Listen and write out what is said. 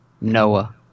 Noah